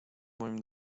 moim